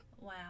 wow